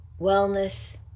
wellness